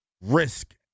risk